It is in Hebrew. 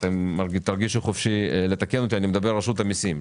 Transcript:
תרגישו חופשי לתקן אותי, רשות המסים.